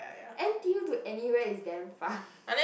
N_T_U to anywhere is damn far